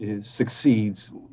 succeeds